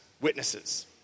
witnesses